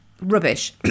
rubbish